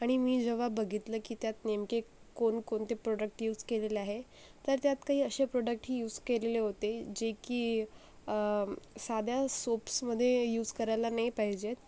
आाणि मी जेव्हा बघितलं की त्यात नेमके कोणकोणते प्रोडक्ट यूज केलेले आहे तर त्यात काही असे प्रोडक्टही यूज केलेले होते जे की साध्या सोप्समधे यूज करायला नाही पाहिजेत